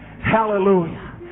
Hallelujah